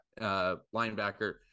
linebacker